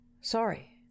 sorry